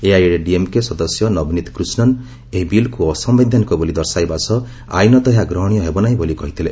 ଏଆଇଏଡିଏମ୍କେ ସଦସ୍ୟ ନବନୀତ୍ କୃଷ୍ଣନ୍ ଏହି ବିଲ୍କୁ ଅସାୟିଧାନିକ ବୋଲି ଦର୍ଶାଇବା ସହ ଆଇନତଃ ଏହା ଗ୍ରହଣୀୟ ହେବ ନାହିଁ ବୋଲି କହିଥିଲେ